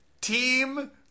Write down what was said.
Team